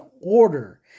order